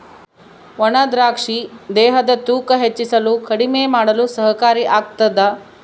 ಒಣ ದ್ರಾಕ್ಷಿ ದೇಹದ ತೂಕ ಹೆಚ್ಚಿಸಲು ಕಡಿಮೆ ಮಾಡಲು ಸಹಕಾರಿ ಆಗ್ತಾದ